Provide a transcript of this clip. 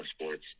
sports